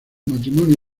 matrimonio